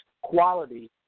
quality